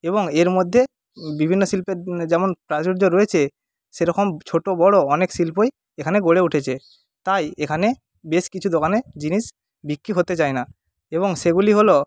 এবং এর মধ্যে বিভিন্ন শিল্পের যেমন প্রাচুর্য রয়েছে সেরকম ছোটো বড় অনেক শিল্পেই এখানে গড়ে উঠেছে তাই এখানে বেশ কিছু দোকানে জিনিস বিক্রি হতে চায় না এবং সেগুলি হলো